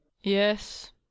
Yes